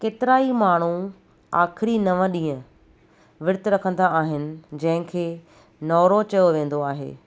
केतिरा ई माण्हू आख़िरी नव ॾींहं विर्तु रखंदा आहिनि जंहिंखे नौरो चयो वेंदो आहे